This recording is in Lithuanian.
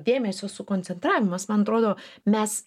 dėmesio sukoncentravimas man atrodo mes